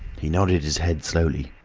he nodded his head slowly.